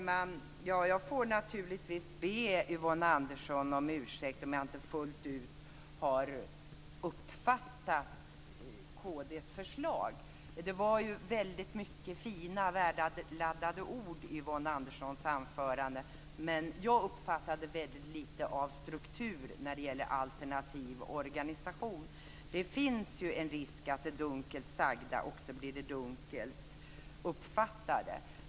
Fru talman! Jag får naturligtvis be Yvonne Andersson om ursäkt om jag inte fullt ut har uppfattat kd:s förslag. Det var väldigt mycket fina, värdeladdade ord i Yvonne Anderssons anförande. Men jag uppfattade mycket lite av struktur när det gäller alternativ organisation. Det finns en risk att det dunkelt sagda också blir det dunkelt uppfattade.